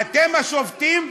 אתה מעדיף תקנות לשעת-חירום?